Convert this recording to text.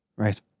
Right